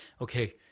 Okay